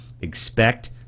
expect